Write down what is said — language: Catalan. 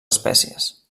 espècies